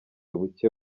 buke